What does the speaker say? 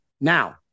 Now